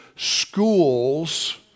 schools